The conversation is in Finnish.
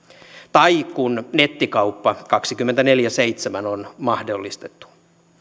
tai kun nettikauppa kaksikymmentäneljä kautta seitsemän on mahdollistettu